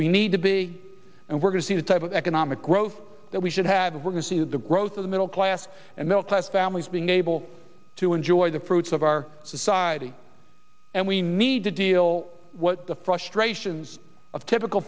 we need to be and we're going to see the type of economic growth that we should have and we're going to see the growth of the middle class and middle class families being able to enjoy the fruits of our society and we need to deal what the frustrations of typical